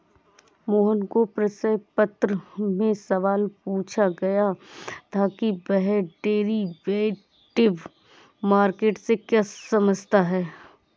मोहन को प्रश्न पत्र में सवाल पूछा गया था कि वह डेरिवेटिव मार्केट से क्या समझता है?